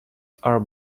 are